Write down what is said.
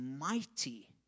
mighty